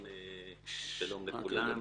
שלום לכולם.